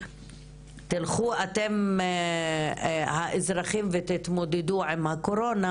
"תלכו אתם האזרחים ותתמודדו עם משבר הקורונה"